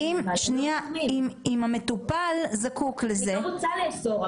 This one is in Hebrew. אני לא רוצה לאסור,